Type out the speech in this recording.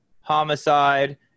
homicide